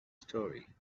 story